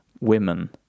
women